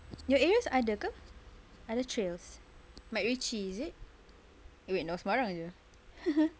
your areas ada ke other trails macritchie is it wait no sembawang area